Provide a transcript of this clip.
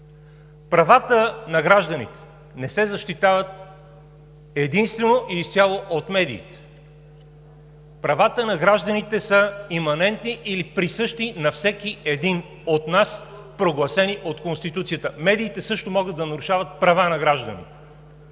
Правата на гражданите не се защитават единствено и изцяло от медиите. Правата на гражданите са иманентни или присъщи на всеки един от нас, прогласени от Конституцията. Медиите също могат да нарушават права на граждани.